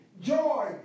joy